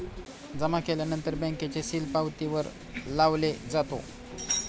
जमा केल्यानंतर बँकेचे सील पावतीवर लावले जातो